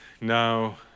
Now